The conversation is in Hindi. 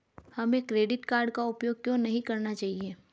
हमें क्रेडिट कार्ड का उपयोग क्यों नहीं करना चाहिए?